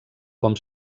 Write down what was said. com